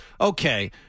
okay